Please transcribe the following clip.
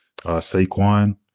Saquon